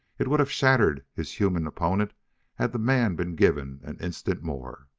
it would have shattered his human opponent had the man been given an instant more,